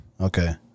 Okay